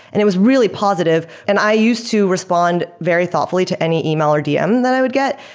and it was really positive, and i used to respond very thoughtfully to any email or dm that i would get.